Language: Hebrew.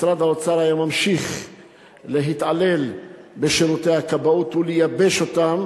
משרד האוצר היה ממשיך להתעלל בשירותי הכבאות ולייבש אותם